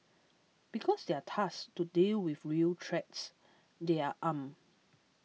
because they are tasked to deal with real threats they are armed